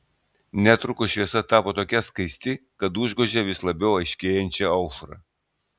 netrukus šviesa tapo tokia skaisti kad užgožė vis labiau aiškėjančią aušrą